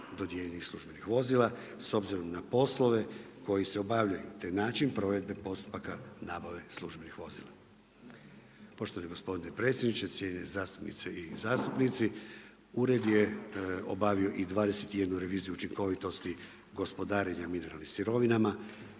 dodijeljenih službenih vozila s obzirom na poslove koji se obavljaju te način provedbe postupaka nabave službenih vozila. Poštovani gospodine predsjedniče, cijenjeni zastupnice i zastupnici ured je obavio i 21 reviziju učinkovitosti gospodarenja mineralnim sirovinama.